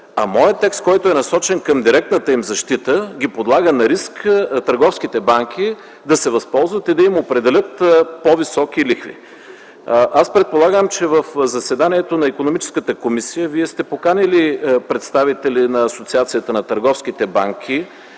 а моят текст, който е насочен към директната им защита, ги подлага на риск търговските банки да се възползват и да им определят по високи лихви. Аз предполагам, че в заседанието на Икономическата комисия Вие сте поканили представители на Асоциацията на търговските банки